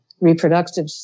reproductive